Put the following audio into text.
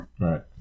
Right